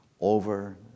over